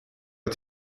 att